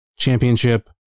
Championship